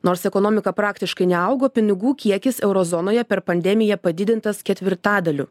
nors ekonomika praktiškai neaugo pinigų kiekis euro zonoje per pandemiją padidintas ketvirtadaliu